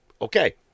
okay